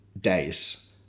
days